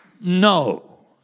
no